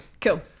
Cool